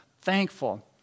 Thankful